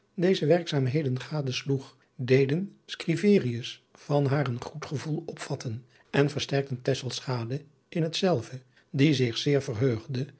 deze werkzaamheden gadesloeg deden scriverius van haar een goed gevoelen opvatten en versterkten tesselschade in hetzelve die zich zeer verheugde